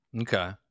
Okay